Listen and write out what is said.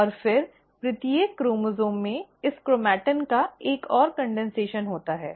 और फिर प्रत्येक क्रोमोसोम् में इस क्रोमैटिन का एक और संघनन होता है